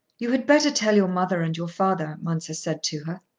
you had better tell your mother and your father, mounser said to her.